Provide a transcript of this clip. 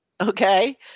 Okay